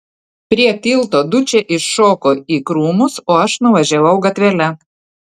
prie tilto dučė iššoko į krūmus o aš nuvažiavau gatvele